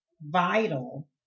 vital